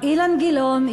אילן גילאון,